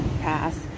pass